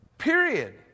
period